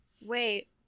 Wait